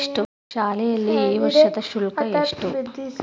ಶಾಲೆಯಲ್ಲಿ ಈ ವರ್ಷದ ಶುಲ್ಕ ಎಷ್ಟು?